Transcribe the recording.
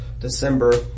December